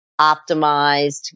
optimized